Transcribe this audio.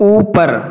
ऊपर